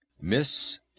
miss